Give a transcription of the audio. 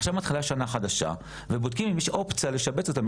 עכשיו כשמתחילה שנת לימודים חדשה ובודקים אם יש אופציה לשבץ אותם,